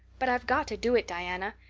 but i've got to do it, diana.